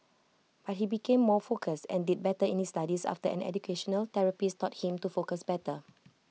but he became more focused and did better in his studies after an educational therapist taught him to focus better